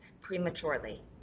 prematurely